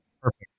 perfect